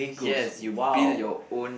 yes you build your own